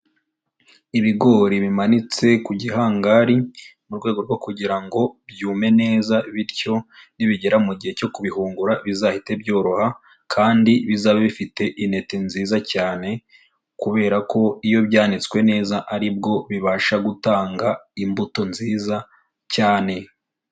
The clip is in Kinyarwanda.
Ibigori bimanitse ku gihangari, mu rwego rwo kugira ngo byume neza, bityo nibigera mu gihe cyo kubihungura bizahite byoroha, kandi bizabe bifite intete nziza cyane kubera ko iyo byanitswe neza ari bwo bibasha gutanga imbuto nziza cyane.